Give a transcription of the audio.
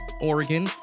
Oregon